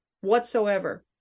whatsoever